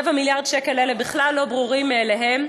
רבע מיליארד השקלים האלה בכלל לא ברורים מאליהם,